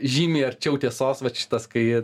žymiai arčiau tiesos vat šitas kai